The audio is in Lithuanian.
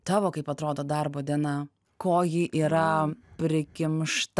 tavo kaip atrodo darbo diena ko ji yra prikimšta